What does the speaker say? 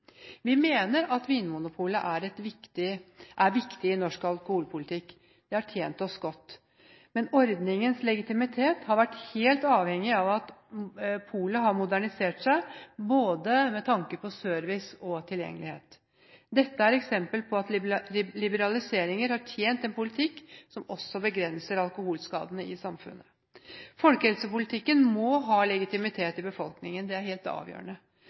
Vi mener at Vinmonopolet er viktig i norsk alkoholpolitikk. Det har tjent oss godt, men ordningens legitimitet har vært helt avhengig av at polet har modernisert seg, med tanke på både service og tilgjengelighet. Dette er eksempel på at liberaliseringen har tjent en politikk som også begrenser alkoholskadene i samfunnet. Folkehelsepolitikken må ha legitimitet i befolkningen; det er helt avgjørende.